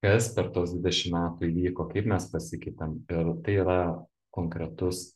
kas per tuos dvidešim metų įvyko kaip mes pasikeitėm ir tai yra konkretus